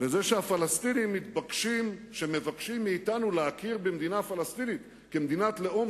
בזה שהפלסטינים המבקשים מאתנו להכיר במדינה פלסטינית כמדינת לאום